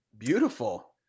Beautiful